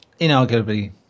inarguably